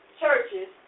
churches